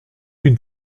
une